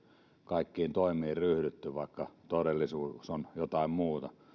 kaikkiin toimiin ryhdytty vaikka todellisuus on jotain muuta